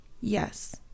Yes